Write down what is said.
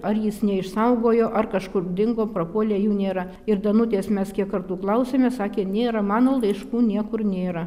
ar jis neišsaugojo ar kažkur dingo prapuolė jų nėra ir danutės mes kiek kartų klausėme sakė nėra mano laiškų niekur nėra